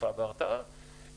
אכיפה והרתעה,